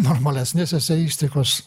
normalesnės eseistikos